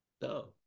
No